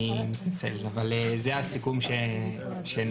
אני מתנצל, אבל זה הסיכום שנעשה.